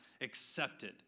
accepted